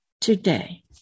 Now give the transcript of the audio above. today